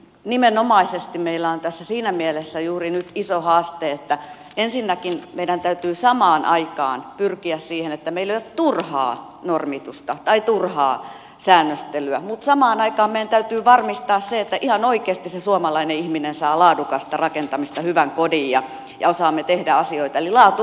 nimenomaisesti meillä on tässä siinä mielessä juuri nyt iso haaste että ensinnäkin meidän täytyy samaan aikaan pyrkiä siihen että meillä ei ole turhaa normitusta tai turhaa säännöstelyä mutta samaan aikaan meidän täytyy varmistaa se että ihan oikeasti se suomalainen ihminen saa laadukasta rakentamista hyvän kodin ja osaamme tehdä asioita eli laatu on varmistettava